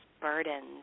burdens